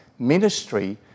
ministry